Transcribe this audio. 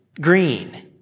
green